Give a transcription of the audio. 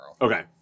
Okay